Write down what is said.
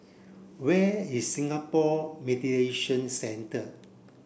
where is Singapore Mediation Centre